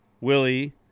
Willie